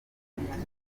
igisubizo